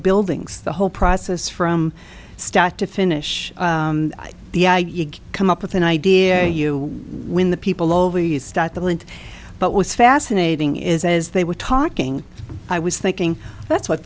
buildings the whole process from start to finish the ivy league come up with an idea are you when the people over you start the land but was fascinating is as they were talking i was thinking that's what